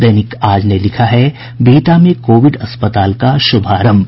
दैनिक आज ने लिखा है बिहटा में कोविड अस्पताल का शुभारंभ